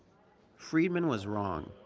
friedman was wrong.